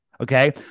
okay